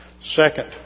Second